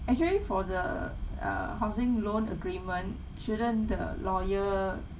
actually for the uh housing loan agreement shouldn't the lawyer